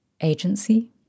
agency